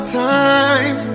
time